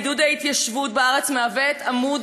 עידוד ההתיישבות בארץ מהווה את עמוד